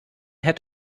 had